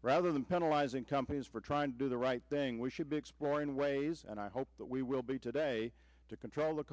rather than penalize ing companies for trying to do the right thing we should be exploring ways and i hope that we will be today to control the